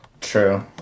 True